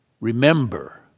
remember